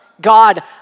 God